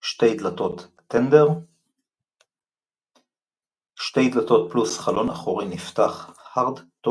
2 דלתות - טנדר 2 דלתות + חלון אחורי נפתח - הרדטופ